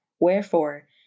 Wherefore